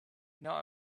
now